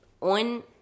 on